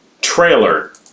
Trailer